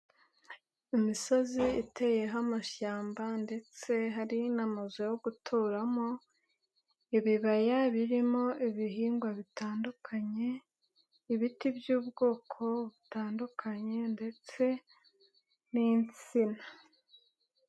Imisozi iteyeho amashyamba ndetse hari n'amazu yo guturamo. Ibibaya birimo ibihingwa bitandukanye, ibiti by'ubwoko butandukanye ndetse n'insina.